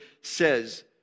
says